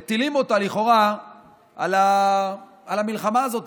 מטילים אותה לכאורה על המלחמה הזאת.